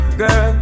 girl